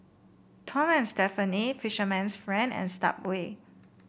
Tom and Stephanie Fisherman's Friend and Subway